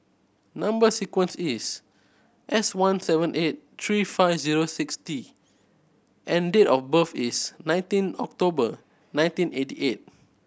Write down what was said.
number sequence is S one seven eight three five zero six T and date of birth is nineteen October nineteen eighty eight